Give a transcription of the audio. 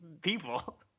people